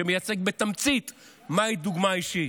מה שמייצג בתמצית מהי דוגמה אישית,